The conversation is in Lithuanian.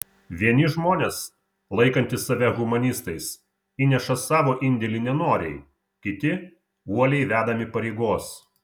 vieni žmonės laikantys save humanistais įneša savo indėlį nenoriai kiti uoliai vedami pareigos